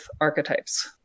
archetypes